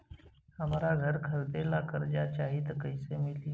हमरा घर खरीदे ला कर्जा चाही त कैसे मिली?